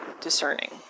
discerning